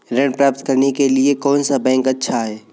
ऋण प्राप्त करने के लिए कौन सा बैंक अच्छा है?